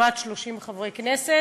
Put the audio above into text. כמעט 30 חברי כנסת,